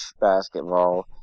basketball